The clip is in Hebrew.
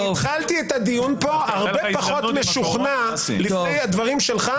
התחלתי את הדיון פה הרבה פחות משוכנע לפני הדברים שלך.